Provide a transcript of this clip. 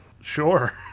Sure